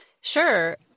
Sure